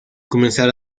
comenzar